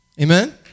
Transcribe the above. Amen